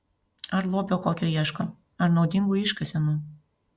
ar lobio kokio ieško ar naudingų iškasenų